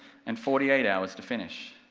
and forty eight hours to finish.